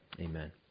amen